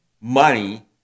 Money